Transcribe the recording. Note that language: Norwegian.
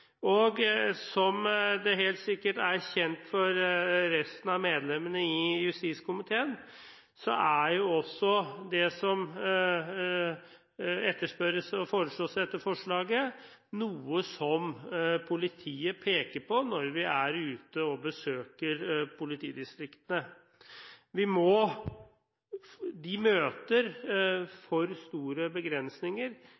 Og, som det helt sikkert er kjent for resten av medlemmene i justiskomiteen, så er jo også det som etterspørres og foreslås i dette forslaget, noe som politiet peker på når vi er ute og besøker politidistriktene. De møter